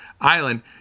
island